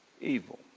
evil